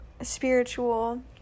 spiritual